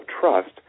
trust